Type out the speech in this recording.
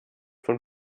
von